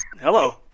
hello